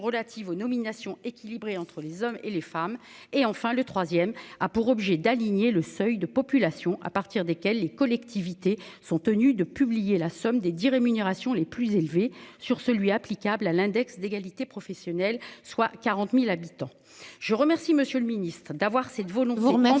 relative aux nominations équilibré entre les hommes et les femmes, et enfin le 3ème a pour objet d'aligner le seuil de population à partir desquels les collectivités sont tenues de publier la somme des 10 rémunérations les plus élevées sur celui applicable à l'index d'égalité professionnelle soit 40.000 habitants. Je remercie Monsieur le Ministre d'avoir cette volontairement.